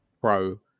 Pro